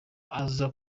aza